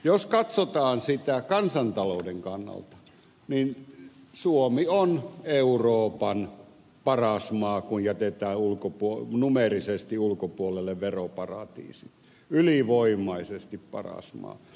jos katsotaan sitä kansantalouden kannalta niin suomi on euroopan paras maa kun jätetään numeerisesti ulkopuolelle veroparatiisit ylivoimaisesti paras maa